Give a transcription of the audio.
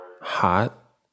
hot